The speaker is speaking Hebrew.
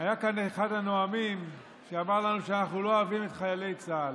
היה כאן אחד הנואמים שאמר לנו שאנחנו לא אוהבים את חיילי צה"ל,